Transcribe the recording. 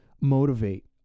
motivate